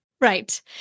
Right